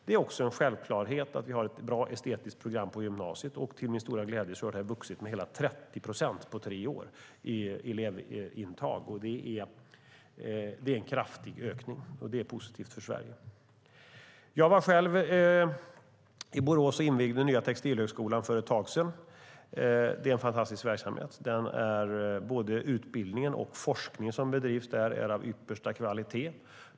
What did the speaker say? Det är också en självklarhet att vi har ett bra estetiskt program på gymnasiet, och till min stora glädje har det vuxit med hela 30 procent på tre år mätt i elevintag. Det är en kraftig ökning, och det är positivt för Sverige. Jag var själv i Borås och invigde den nya Textilhögskolan för ett tag sedan. Det är en fantastisk verksamhet. Både utbildningen och forskningen där är av yppersta kvalitet.